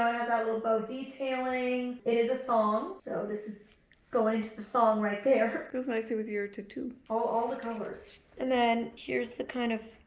has that little bow detailing. it is a thong. so this is going into the thong right there. it goes nicely with your tattoo. pull all the covers. and then here's the kind of,